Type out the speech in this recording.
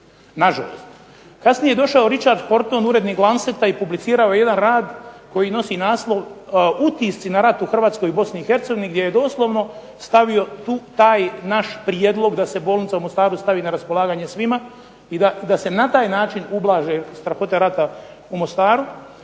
odgovora. Kasnije je došao Richard Horton urednik Lanceta i publicirao jedan rad koji nosi naslov „Utisci na rat u Hrvatskoj i Bosni i Hercegovini“ gdje je doslovno stavio taj naš prijedlog da se bolnica u Mostaru stavi na raspolaganje svima i da se na taj način ublaže strahote rata u Mostaru